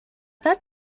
that